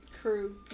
crew